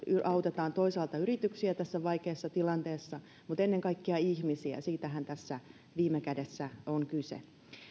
autetaan toisaalta yrityksiä tässä vaikeassa tilanteessa mutta ennen kaikkea ihmisiä siitähän tässä viime kädessä on kyse